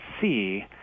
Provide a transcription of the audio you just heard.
see